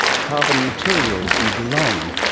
carbon materials in geelong,